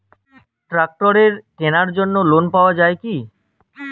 ট্রাক্টরের কেনার জন্য লোন পাওয়া যায় কি?